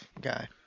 guy